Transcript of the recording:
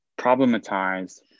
problematize